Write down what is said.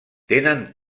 tenen